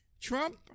Trump